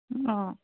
ꯑꯥ